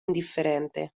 indifferente